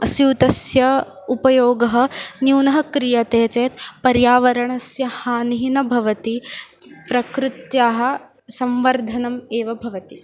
स्यूतस्य उपयोगः न्यूनः क्रियते चेत् पर्यावरणस्य हानिः न भवति प्रकृतेः संवर्धनम् एव भवति